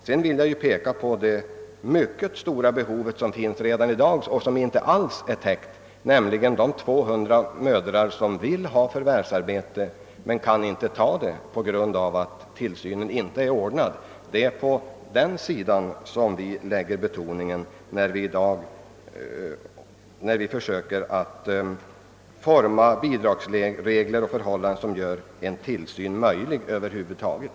Sedan vill jag peka på den stora efterfrågan på barntillsyn från de 200 000 mödrar som önskar ta förvärvsarbete men inte kan göra detta på grund av bristen på ordnad barntillsyn. Det är där vi lägger tonvikten när vi försöker forma 'bidragsregler och åstadkomma förhållanden som gör en tillsyn möjlig över huvud taget.